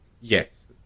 Yes